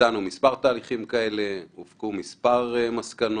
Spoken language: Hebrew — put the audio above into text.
ביצענו מספר תהליכים כאלה, הופקו מספר מסקנות,